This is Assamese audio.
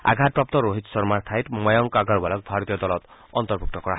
আঘাতপ্ৰাপ্ত ৰোহিত শৰ্মাৰ ঠাইত ময়ংক আগৰৱালক ভাৰতীয় দলত অন্তৰ্ভুক্ত কৰা হৈছে